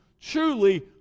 truly